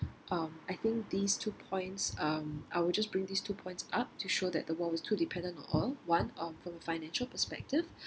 um I think these two points erm I will just bring these two points up to show that the world is too dependent on oil one um from financial perspective